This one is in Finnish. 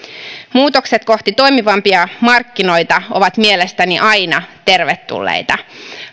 muutokset kohti toimivampia markkinoita ovat mielestäni aina tervetulleita